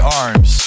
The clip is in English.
arms